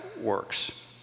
works